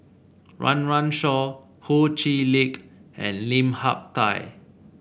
Run Run Shaw Ho Chee Lick and Lim Hak Tai